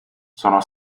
sono